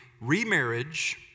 remarriage